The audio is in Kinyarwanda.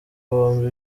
bombi